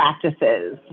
practices